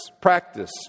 practice